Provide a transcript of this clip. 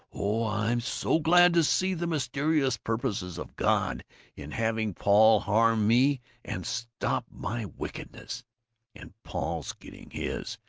oh, i'm so glad to see the mysterious purposes of god in having paul harm me and stop my wickedness and paul's getting his,